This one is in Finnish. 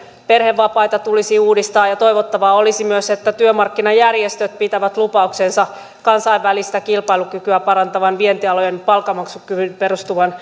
perhevapaita tulisi uudistaa ja ja toivottavaa olisi myös että työmarkkinajärjestöt pitävät lupauksensa kansainvälistä kilpailukykyä parantavan vientialojen palkanmaksukykyyn perustuvan